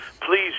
please